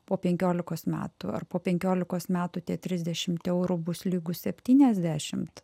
po penkiolikos metų ar po penkiolikos metų tie trisdešimt eurų bus lygūs septyniasdešimt